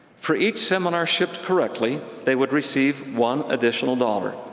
for each seminar shipped correctly they would receive one additional dollar,